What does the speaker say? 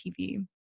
TV